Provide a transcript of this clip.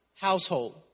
household